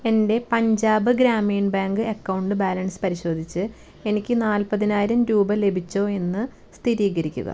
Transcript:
എൻ്റെ Punjab Gramin bank account balance പരിശോധിച്ച് എനിക്ക് നാൽപ്പത്തിനായിരം രൂപ ലഭിച്ചോ എന്ന് സ്ഥിരീകരിക്കുക